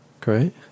great